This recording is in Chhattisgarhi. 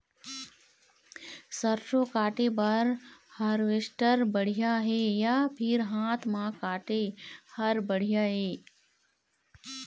सरसों काटे बर हारवेस्टर बढ़िया हे या फिर हाथ म काटे हर बढ़िया ये?